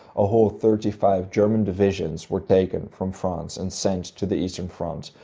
a whole thirty-five german divisions were taken from france and sent to the eastern front,